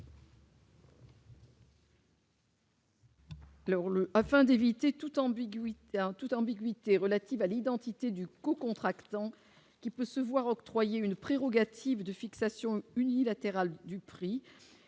ambiguïté en toute ambiguïté relatives à l'identité du co-contractants qui peut se voir octroyer une prérogative de fixation unilatérale du prix,